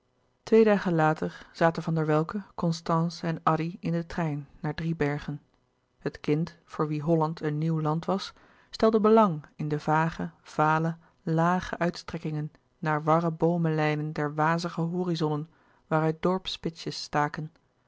twee dagen later zaten van der welcke constance en addy in den trein naar driebergen het kind voor wien holland een nieuw land was stelde belang in de vage vale lage uitstrekkingen naar warre boomelijnen der wazige horizonnen waaruit dorpsspitsjes staken